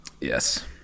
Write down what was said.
yes